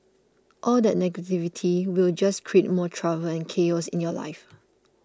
all that negativity will just create more trouble and chaos in your life